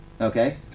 okay